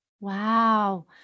Wow